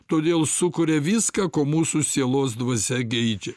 todėl sukuria viską ko mūsų sielos dvasia geidžia